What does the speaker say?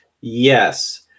Yes